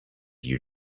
you